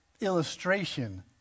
illustration